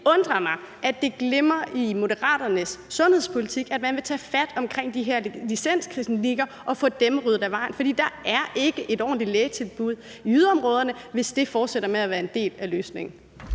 undrer mig, at det mangler i Moderaternes sundhedspolitik, at man vil tage fat om de her licensklinikker og få dem ryddet af vejen, for der er ikke et ordentligt lægetilbud i yderområderne, hvis det fortsætter med at være en del af løsningen.